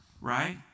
right